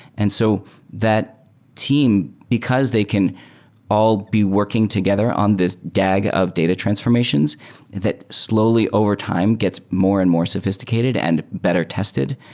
and so that team because they can all be working together on this dag of data transformations that slowly overtime gets more and more sophisticated and better tested.